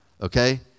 okay